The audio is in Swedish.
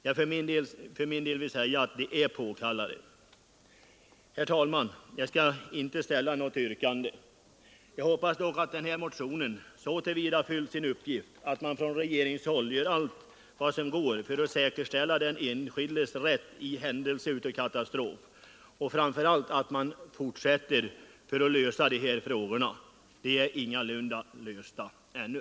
Jag för min del vill säga att de är påkallade. Herr talman! Jag skall inte framställa något yrkande. Jag hoppas dock att den här motionen så till vida fyllt sin uppgift att man från regeringshåll gör allt som går för att säkerställa den enskildes rätt i händelse av katastrof och framför allt att man fortsätter arbetet på att lösa de här frågorna. De är ingalunda lösta ännu.